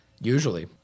Usually